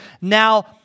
Now